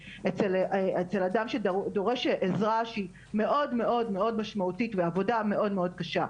אדם בדורש עזרה מאוד מאוד משמעותית לעבודה מאוד מאוד קשה",